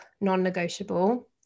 non-negotiable